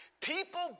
People